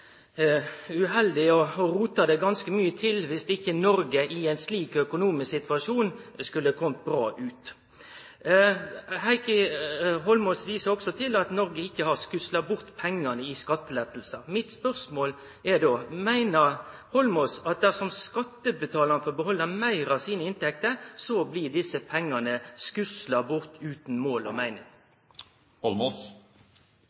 uheldig og klart å rota det ganske mykje til dersom Noreg i ein slik økonomisk situasjon ikkje skulle komme bra ut. Heikki Holmås viste også til at Noreg ikkje har skusla bort pengane til skattelettar. Mitt spørsmål er då: Meiner Holmås at dersom skattebetalarane får behalde meir av sine inntekter, blir desse pengane skusla bort utan mål og